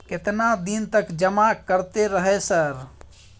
केतना दिन तक जमा करते रहे सर?